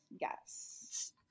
Yes